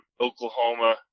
Oklahoma